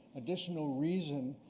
additional reason,